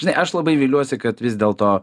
žinai aš labai viliuosi kad vis dėlto